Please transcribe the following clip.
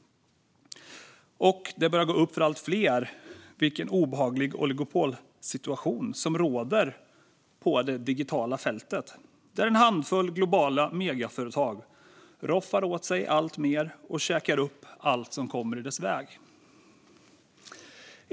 Det börjar gå upp för allt fler vilken obehaglig oligopolsituation som råder på det digitala fältet, där en handfull globala megaföretag roffar åt sig alltmer och käkar upp allt som kommer i deras väg.